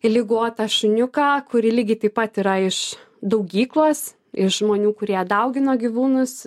ligotą šuniuką kuri lygiai taip pat yra iš daugyklos iš žmonių kurie daugino gyvūnus